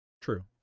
True